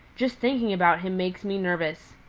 just thinking about him make me nervous.